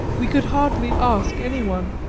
we could hardly ask any one,